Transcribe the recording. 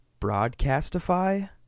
Broadcastify